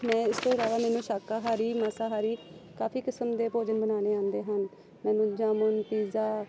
ਮੈਂ ਇਸ ਤੋਂ ਇਲਾਵਾ ਮੈਨੂੰ ਸ਼ਾਕਾਹਾਰੀ ਮਾਸਾਹਾਰੀ ਕਾਫ਼ੀ ਕਿਸਮ ਦੇ ਭੋਜਨ ਬਣਾਉਣੇ ਆਉਂਦੇ ਹਨ ਮੈਨੂੰ ਜਾਮੁਨ ਪੀਜ਼ਾ